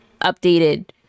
updated